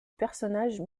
personnage